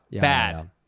bad